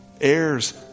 heirs